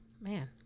man